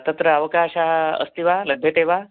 तत्र अवकाशः अस्ति वा लभ्यते वा